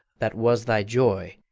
that was thy joy,